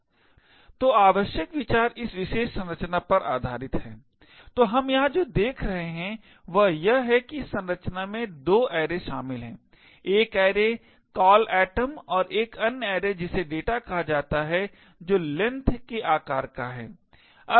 सन्दर्भ स्टेजफ्राइट तो आवश्यक विचार इस विशेष संरचना पर आधारित है तो हम यहां जो देख रहे हैं वह यह है कि इस संरचना में 2 ऐरे शामिल हैं एक ऐरे call atom और एक अन्य ऐरे जिसे डेटा कहा जाता है जो length के आकार का है